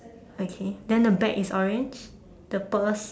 okay then the bag is orange the purse